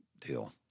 deal